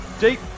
deep